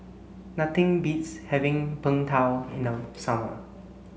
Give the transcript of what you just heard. nothing beats having Png Tao in no summer